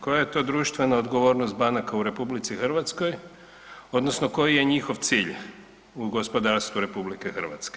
Koja je tu društvena odgovornost banaka u RH odnosno koji je njihov cilj u gospodarstvu RH?